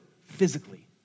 physically